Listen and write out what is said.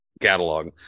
catalog